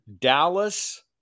Dallas